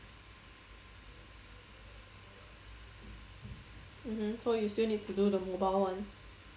mmhmm so you still need to do the mobile [one]